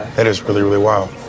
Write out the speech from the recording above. that is really, really well